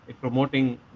promoting